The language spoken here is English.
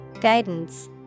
Guidance